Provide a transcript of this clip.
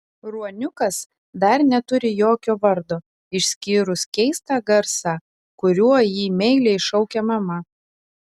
ruoniukas dar neturi jokio vardo išskyrus keistą garsą kuriuo jį meiliai šaukia mama